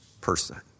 person